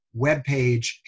webpage